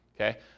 Okay